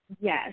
Yes